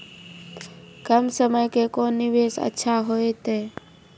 कम समय के कोंन निवेश अच्छा होइतै?